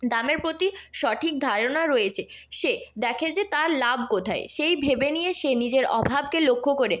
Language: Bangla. দামের প্রতি সঠিক ধারণা রয়েছে সে দেখে যে তার লাভ কোথায় সেই ভেবে নিয়ে সে নিজের অভাবকে লক্ষ্য করে